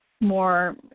more